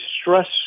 stress